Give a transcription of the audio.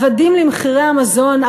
עבדים למחירי המזון,